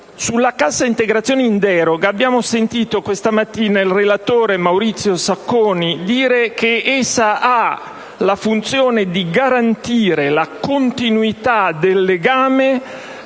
Sulla cassa integrazione in deroga abbiamo sentito questa mattina il relatore Maurizio Sacconi dire che essa ha la funzione di garantire la continuità del legame